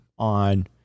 on